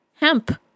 hemp